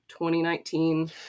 2019